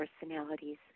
personalities